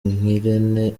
ngirente